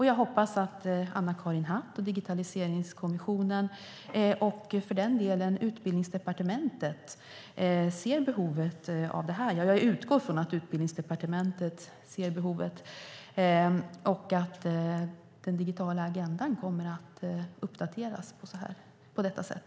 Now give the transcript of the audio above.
Jag hoppas att Anna-Karin Hatt och Digitaliseringskommissionen och för den delen också Utbildningsdepartementet ser behovet av detta - ja, jag utgår från att Utbildningsdepartementet ser behovet - och att den digitala agendan kommer att uppdateras på detta sätt.